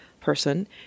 person